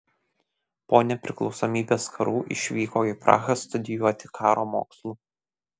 po nepriklausomybės karų išvyko į prahą studijuoti karo mokslų